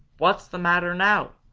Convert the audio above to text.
what's the matter now?